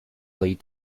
lead